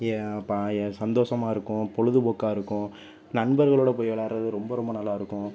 சந்தோஷமா இருக்கும் பொழுதுபோக்காக இருக்கும் நண்பர்களோடு போய் விளையாடுறது ரொம்ப ரொம்ப நல்லா இருக்கும்